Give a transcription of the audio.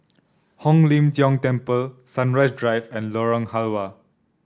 Hong Lim Jiong Temple Sunrise Drive and Lorong Halwa